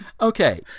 Okay